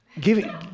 Giving